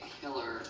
killer